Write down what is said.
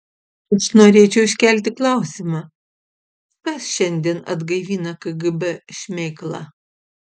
aš norėčiau iškelti klausimą kas šiandien atgaivina kgb šmėklą